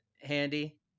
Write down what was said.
handy